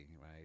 right